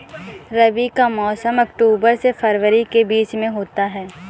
रबी का मौसम अक्टूबर से फरवरी के बीच में होता है